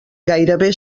gairebé